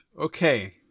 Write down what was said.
Okay